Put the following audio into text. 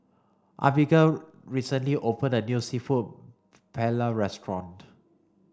Abbigail recently opened a new Seafood Paella restaurant